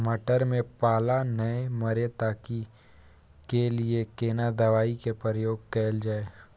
मटर में पाला नैय मरे ताहि के लिए केना दवाई के प्रयोग कैल जाए?